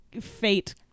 fate